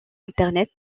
internet